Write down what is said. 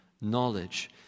knowledge